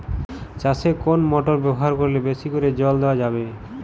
চাষে কোন মোটর ব্যবহার করলে বেশী করে জল দেওয়া যাবে?